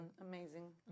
amazing